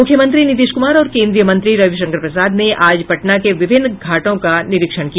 मूख्यमंत्री नीतीश कुमार और कोन्द्रीय मंत्री रविशंकर प्रसाद ने आज पटना के विभिन्न गंगा घाटों का निरीक्षण किया